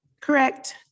Correct